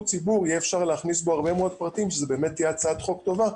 ציבור יהיה אפשר להכניס בו הרבה מאוד פרטים וזאת תהיה הצעת חוק טובה.